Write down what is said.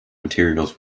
materials